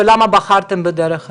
ולמה בחרתם בדרך הזו.